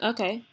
Okay